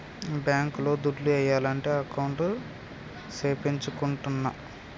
bank లో దుడ్లు ఏయాలంటే అకౌంట్ సేపిచ్చుకుంటాన్న